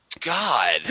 God